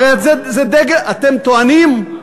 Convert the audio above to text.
הרי את זה, אתם טוענים, אמרנו,